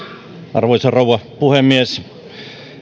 arvoisa rouva puhemies